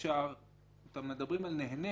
אתם מדברים על נהנה